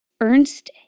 Ernst